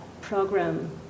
program